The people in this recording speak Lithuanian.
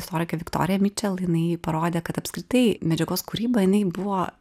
istorikė viktorija mičel jinai parodė kad apskritai medžiagos kūryba jinai buvo